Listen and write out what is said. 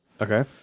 Okay